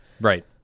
Right